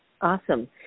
Awesome